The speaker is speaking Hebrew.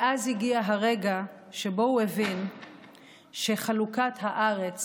ואז הגיע הרגע שבו הוא הבין שחלוקת הארץ